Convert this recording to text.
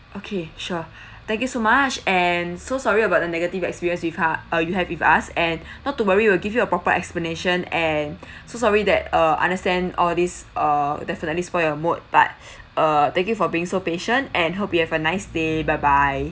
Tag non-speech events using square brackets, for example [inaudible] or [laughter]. okay sure [breath] thank you so much and so sorry about the negative experience with ha~ uh you have with us and [breath] not to worry we'll give you a proper explanation and [breath] so sorry that uh understand all these err definitely spoiled your mood but [breath] err thank you for being so patient and hope you have a nice day bye bye